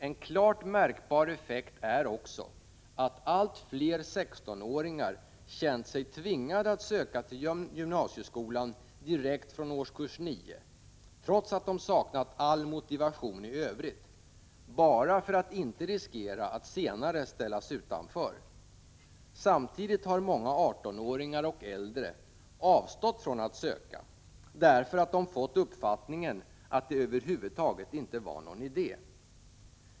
En klart märkbar effekt är också att allt fler 16-åringar har känt sig tvingade att söka till gymnasieskolan direkt från årskurs 9, trots att de har saknat all motivation i övrigt, bara för att inte riskera att senare ställas utanför. Samtidigt har många 18-åringar och äldre avstått från att söka därför att de har fått uppfattningen att det över huvud taget inte var någon idé.